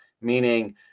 Meaning